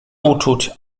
uczuć